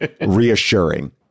reassuring